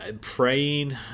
praying